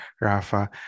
Rafa